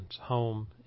home